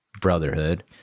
brotherhood